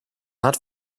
not